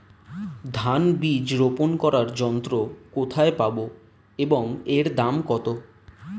ধান বীজ রোপন করার যন্ত্র কোথায় পাব এবং এর দাম কত?